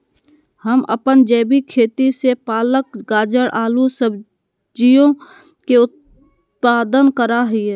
हम अपन जैविक खेती से पालक, गाजर, आलू सजियों के उत्पादन करा हियई